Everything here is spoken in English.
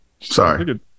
sorry